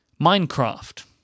Minecraft